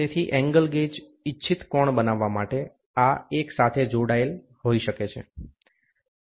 તેથી angle gauge ઇચ્છિત કોણ બનાવવા માટે આ એકસાથે જોડેલ હોઈ શકે છે